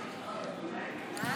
לא נתקבלה.